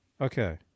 Okay